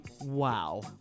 Wow